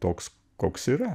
toks koks yra